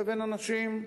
לבין אנשים,